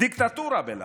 דיקטטורה בלעז.